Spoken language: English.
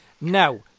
Now